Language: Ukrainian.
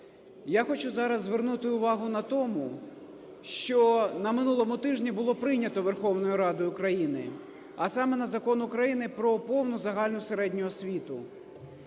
я хочу зараз звернути увагу на тому, що на минулому тижні було прийнято Верховною Радою України, а саме на Закон України про повну загальну середню освіту.